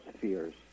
fears